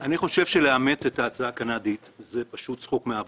אני חושב שלאמץ את ההצעה הקנדית זה פשוט צחוק מעבודה.